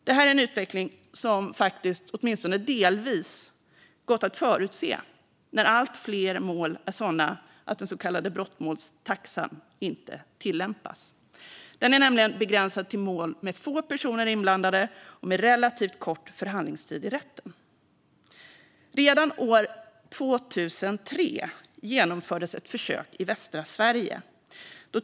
Det här är en utveckling som åtminstone delvis hade gått att förutse, när allt fler mål är sådana att den så kallade brottmålstaxan inte tillämpas. Den är nämligen begränsad till mål med få personer inblandade och med relativt kort förhandlingstid i rätten. Redan år 2003 genomfördes ett försök i västra Sverige.